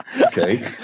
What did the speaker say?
Okay